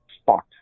spot